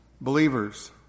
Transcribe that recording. believers